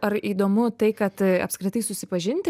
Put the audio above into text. ar įdomu tai kad apskritai susipažinti